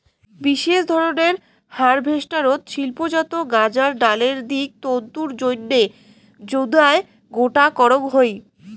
বিশেষ ধরনের হারভেস্টারত শিল্পজাত গাঁজার ডালের দিক তন্তুর জইন্যে জুদায় গোটো করাং হই